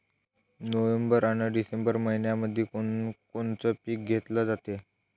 November अन December मइन्यामंधी कोण कोनचं पीक घेतलं जाते?